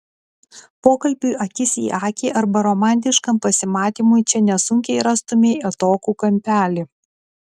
pokalbiui akis į akį arba romantiškam pasimatymui čia nesunkiai rastumei atokų kampelį